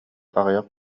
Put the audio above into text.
аҕыйах